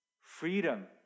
Freedom